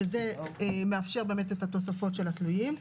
זה מאפשר את התוספות של התלויים.